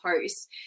post